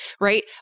right